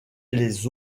les